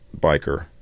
biker